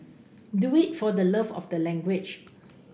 do it for the love of the language